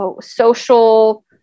social